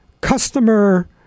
customer